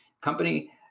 company